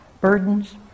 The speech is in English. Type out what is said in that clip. burdens